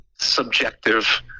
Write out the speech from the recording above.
subjective